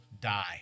die